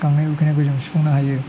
गांनाय उखैनायखौ जों सुफुंनो हायो